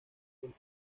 del